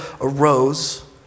arose